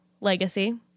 legacy